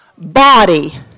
body